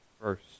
first